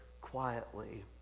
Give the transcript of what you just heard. quietly